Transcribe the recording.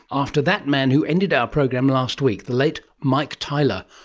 after that man who ended our program last week, the late mike tyler.